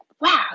wow